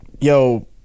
yo